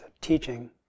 teaching